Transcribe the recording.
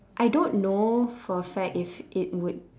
I don't know for a fact that if it would